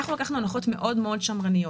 לקחנו הנחות מאוד שמרניות.